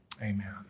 Amen